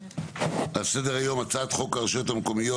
על סדר היום הצעת חוק הרשויות המקומיות